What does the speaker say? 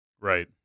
Right